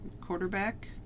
quarterback